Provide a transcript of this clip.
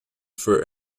for